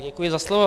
Děkuji za slovo.